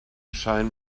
shine